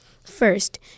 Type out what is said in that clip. First